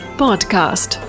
podcast